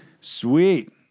Sweet